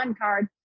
card